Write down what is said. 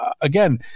again